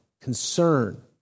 concern